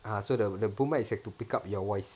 ah so the the boom microphone is there to pick up your voice